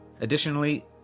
Additionally